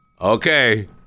Okay